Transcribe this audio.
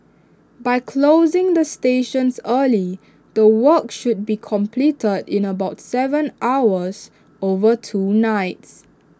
by closing the stations early the work should be completed in about Seven hours over two nights